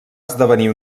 esdevenir